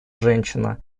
женщина